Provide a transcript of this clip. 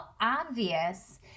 obvious